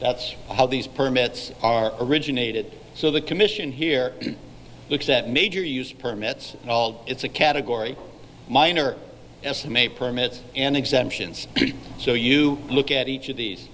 that's how these permits are originated so the commission here looks at major use permits it's a category mine or estimate permits and exemptions so you look at each of these